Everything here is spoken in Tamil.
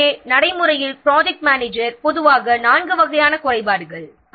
எனவே நடைமுறையில் ப்ராஜெக்ட் மனேஜரிடம் பொதுவாக நான்கு வகையான குறைபாடுகள் உள்ளன